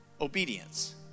obedience